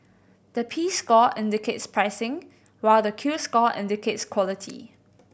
the P score indicates pricing while the Q score indicates quality